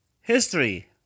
History